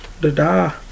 Da-da